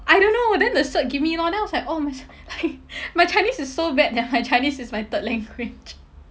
I don't know then the cert give me lor then I was like oh my like my chinese is so bad that my chinese is my third language